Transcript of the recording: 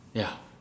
ya